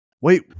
Wait